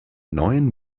neuen